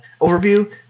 overview